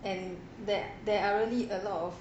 and that there are really a lot of